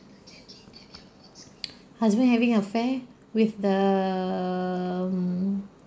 husband having affair with the um